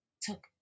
took